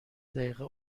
دقیقه